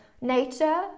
nature